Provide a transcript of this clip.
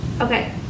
Okay